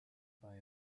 buy